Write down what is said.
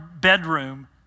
bedroom